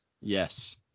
Yes